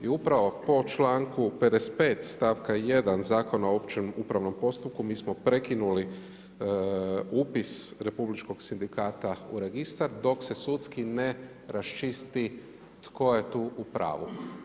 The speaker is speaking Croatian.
I upravo po članku 55. stavka 1. Zakona o općem upravnom postupku mi smo prekinuli upis Republičkog sindikata u registar dok se sudski ne raščisti tko je tu u pravu.